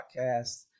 podcasts